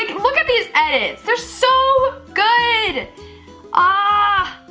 look at these edits, they're so good, ah.